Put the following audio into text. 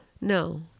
no